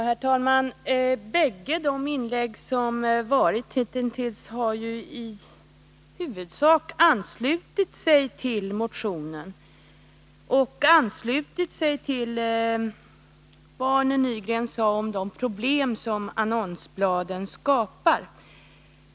Herr talman! I båda de inlägg som hitintills framförts har man i huvudsak anslutit sig till motionen och till de problem som annonsbladen skapar.